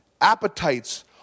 Appetites